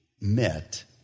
met